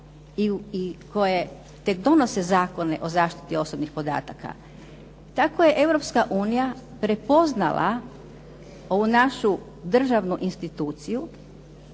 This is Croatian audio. i koje tek donose zakone o zaštiti osobnih podataka. Tako je Europska unija prepoznala ovu našu državnu instituciju